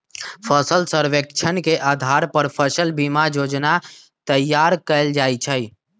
फसल सर्वेक्षण के अधार पर फसल बीमा जोजना तइयार कएल जाइ छइ